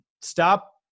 stop